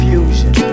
Fusion